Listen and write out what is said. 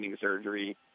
surgery